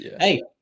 hey